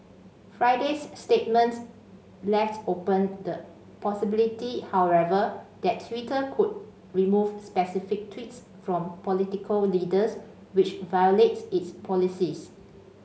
Friday's statement left open the possibility however that Twitter could remove specific tweets from political leaders which violate its policies